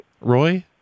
Roy